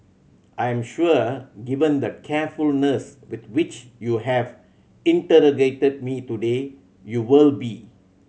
I am sure given the carefulness with which you have interrogated me today you will be